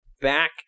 back